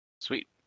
Sweet